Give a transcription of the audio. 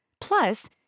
Plus